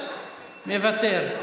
מוותר,